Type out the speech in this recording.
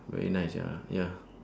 very nice ya ya